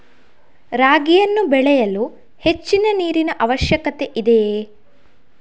ರಾಗಿಯನ್ನು ಬೆಳೆಯಲು ಹೆಚ್ಚಿನ ನೀರಿನ ಅವಶ್ಯಕತೆ ಇದೆಯೇ?